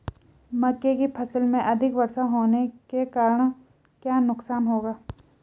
मक्का की फसल में अधिक वर्षा होने के कारण क्या नुकसान होगा?